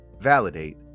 validate